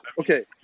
Okay